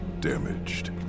damaged